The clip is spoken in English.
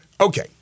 Okay